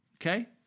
Okay